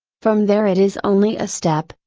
from there it is only a step,